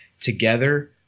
together